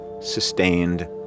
sustained